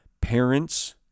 parents